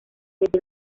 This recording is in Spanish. desde